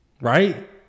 right